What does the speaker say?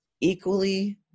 equally